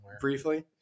briefly